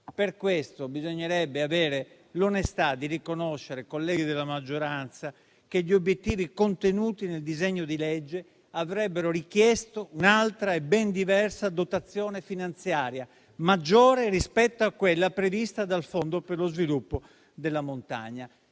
Per questo, bisognerebbe avere l'onestà di riconoscere, colleghi della maggioranza, che gli obiettivi contenuti nel disegno di legge avrebbero richiesto un'altra e ben diversa dotazione finanziaria, maggiore rispetto a quella prevista dal Fondo per lo sviluppo delle montagne